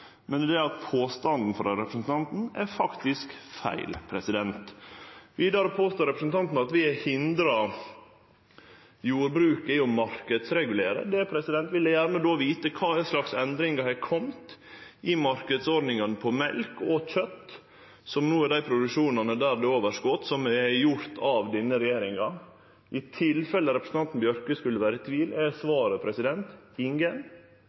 men påstanden til representanten er faktisk feil. Vidare påstår representanten at vi har hindra jordbruket i å marknadsregulere. Då vil eg gjerne vite kva slags endring som har kome når det gjeld marknadsordningane for mjølk og kjøt – som er dei produksjonane der det er overskot – som er gjorde av denne regjeringa. I tilfelle representanten Bjørke skulle vere i tvil, er svaret: Ingen